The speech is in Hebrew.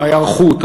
ההיערכות,